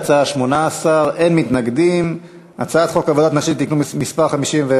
ההצעה להעביר את הצעת חוק עבודת נשים (תיקון מס' 51)